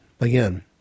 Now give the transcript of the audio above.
again